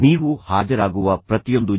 ನೀವು ಹಾಜರಾಗುವ ಪ್ರತಿಯೊಂದು ಜಿ